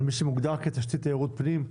על מי שמוגדר כתשתית תיירות פנים.